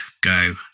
go